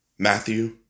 Matthew